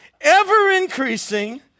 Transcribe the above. ever-increasing